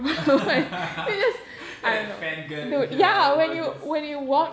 you're like fangirling here